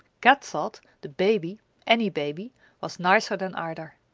kat thought the baby any baby was nicer than either.